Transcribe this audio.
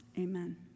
Amen